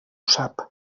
sap